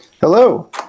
Hello